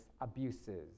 abuses